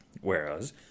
Whereas